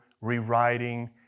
rewriting